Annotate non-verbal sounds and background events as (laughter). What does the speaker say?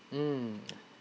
mm (noise)